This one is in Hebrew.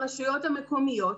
ברשויות המקומיות,